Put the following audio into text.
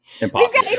impossible